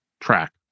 track